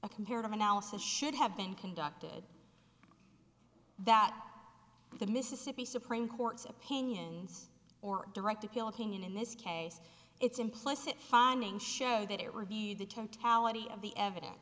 a comparative analysis should have been conducted that the mississippi supreme court's opinions or direct appeal opinion in this case it's implicit findings show that it reviewed the totality of the evidence